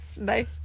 Bye